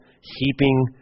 heaping